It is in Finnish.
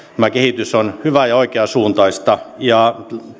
tämä kehitys on hyvää ja oikeasuuntaista ja